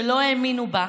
שלא האמינו בה,